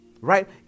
right